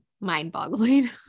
mind-boggling